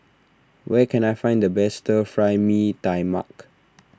where can I find the best Fry Mee Tai Mak